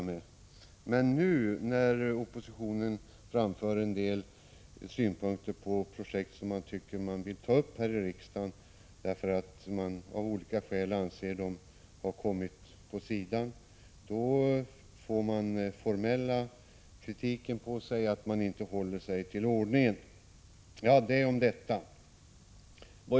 Men när oppositionen nu framför vissa synpunkter på projekt som den tycker bör tas upp här i riksdagen, därför att de på något sätt har förts åt sidan, ådrar man sig formell kritik, som går ut på att man inte håller sig till ordningen. Detta om detta.